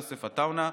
יוסף עטאונה.